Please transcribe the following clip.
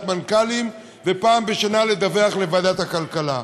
מנכ"לים ופעם בשנה לדווח לוועדת הכלכלה.